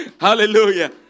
Hallelujah